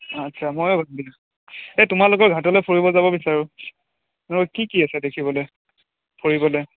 অঁ আচ্ছা মই এই এই তোমালোকৰ ঘাটলৈ ফুৰিব যাব বিচাৰোঁ অঁ কি কি আছে দেখিবলৈ ফুৰিবলৈ